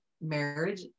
marriage